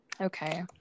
Okay